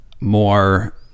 more